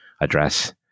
address